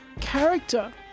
character